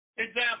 Example